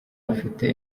mufite